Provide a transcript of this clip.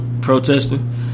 protesting